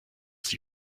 sie